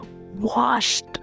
washed